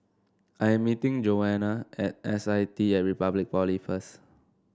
I am meeting Joanna at S I T at Republic Polytechnic first